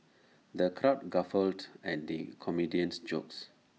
the crowd guffawed at the comedian's jokes